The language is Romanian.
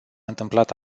întâmplat